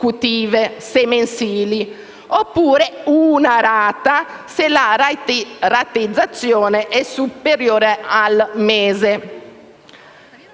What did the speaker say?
se mensili, oppure di una rata se la rateizzazione è superiore al mese.